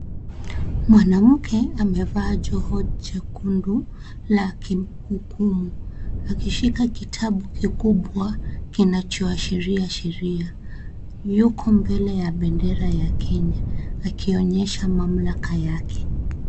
Mwanamke amevaa joho jekundu la kihukumu. Akishika kitabu kikubwa kinachoashiria sheria. Yuko mbele ya bendera ya Kenya, akionyesha mamlaka yake.